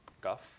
Guff